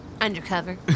Undercover